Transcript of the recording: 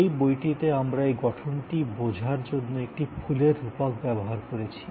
এই বইটিতে আমরা এই গঠনটি বোঝার জন্য একটি ফুলের রূপক ব্যবহার করেছি